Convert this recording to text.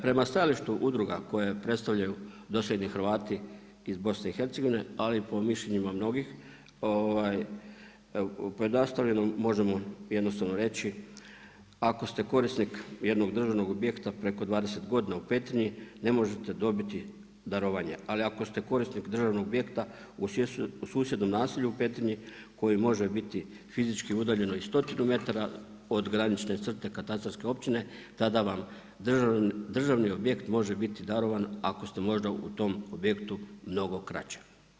Prema stajališta udruga koje predstavljanju doseljeni Hrvati iz BiH-a ali i po mišljenjima mnogih, pojednostavljeno možemo jednostavno reći ako ste korisnik jednog državnog objekta preko 20 godina u Petrinji, ne možete dobiti darovanje, ali ako ste korisnik državnog objekta u susjednom naselju u Petrinji koji može biti fizički udaljeno i stotinu metara od granične crte katastarske općine, tada vam državni objekt može biti darovan ako ste možda u tom objektu mnogo kraće.